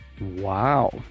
Wow